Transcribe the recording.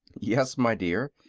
yes, my dear.